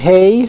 Hey